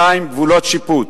גבולות שיפוט,